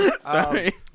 sorry